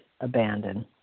abandon